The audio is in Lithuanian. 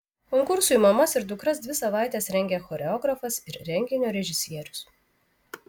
konkursui mamas ir dukras dvi savaites rengė choreografas ir renginio režisierius